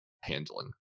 handling